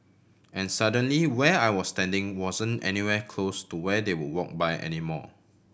and suddenly where I was standing wasn't anywhere close to where they would walk by anymore